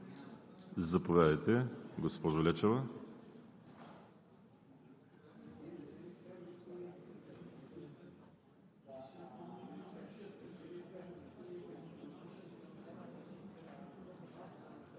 Реплики има ли? Не виждам. Други изказвания? Заповядайте, госпожо Лечева.